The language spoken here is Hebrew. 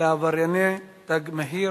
לעברייני "תג מחיר".